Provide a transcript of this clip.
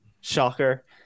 Shocker